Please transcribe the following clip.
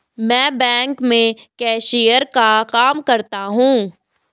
मैं बैंक में कैशियर का काम करता हूं